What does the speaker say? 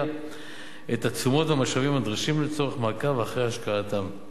את התשומות והמשאבים הנדרשים לצורך מעקב אחר השקעתם.